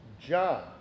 John